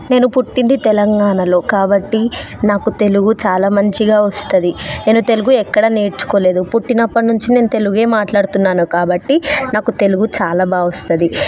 నేను పుట్టింది తెలంగాణలో కాబట్టి నాకు తెలుగు చాలా మంచిగా వస్తది నేను తెలుగు ఎక్కడా నేర్చుకోలేదు పుట్టినప్పటి నుంచి నేను తెలుగే మాట్లాడుతున్నాను కాబట్టి నాకు తెలుగు చాలా బాగా వస్తుంది